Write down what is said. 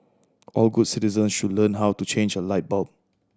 all good citizens should learn how to change a light bulb